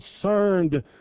concerned